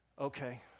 okay